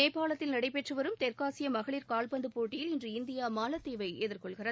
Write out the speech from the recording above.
நேபாளத்தில் நடைபெற்று வரும் தெற்காசிய மகளிர் காவ்பந்து போட்டியில் இன்று இந்தியா மாலத்தீவை எதிர்கொள்கிறது